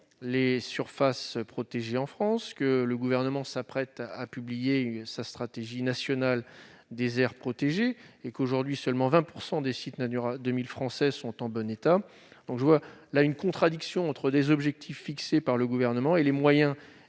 les surfaces protégées en France que le gouvernement s'apprête à publier sa stratégie nationale des aires protégées et qu'aujourd'hui seulement 20 % des sites Natura 2000 Français sont en bon état, donc je vois là une contradiction entre les objectifs fixés par le gouvernement et les moyens